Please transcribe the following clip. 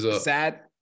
Sad